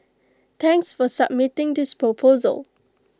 thanks for submitting this proposal